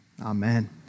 Amen